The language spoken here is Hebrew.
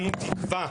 (הדובר ומקצת מהנוכחים הנוספים קורעים את חולצותיהם) אנו תקווה,